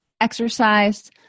exercise